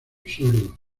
sordo